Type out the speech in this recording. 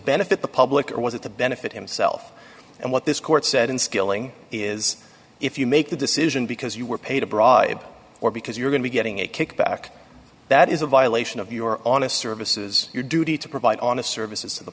benefit the public or was it to benefit himself and what this court said in skilling is if you make a decision because you were paid a bribe or because you're going to getting a kickback that is a violation of your honest services your duty to provide on a services to the